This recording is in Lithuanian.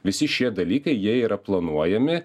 visi šie dalykai jie yra planuojami